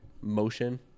motion